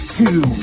two